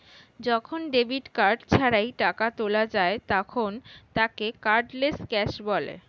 যখন debit card ছাড়াই টাকা তোলা যায় তখন তাকে কার্ডলেস ক্যাশ বলে